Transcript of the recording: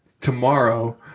tomorrow